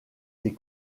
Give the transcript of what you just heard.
des